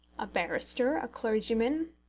a barrister, a clergyman,